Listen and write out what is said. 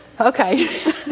Okay